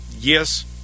yes